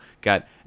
got